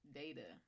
data